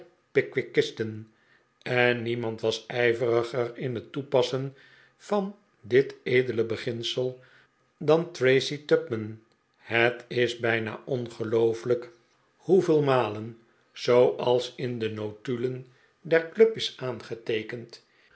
pickwickisten en niemand was ijveriger in de toepassing van dit edele beginsel dan tracy tupman het is bijna ongeloofelijk hoeveel malen zooals in de notulen der club is aangeteekend